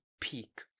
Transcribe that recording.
peak